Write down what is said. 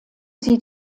sie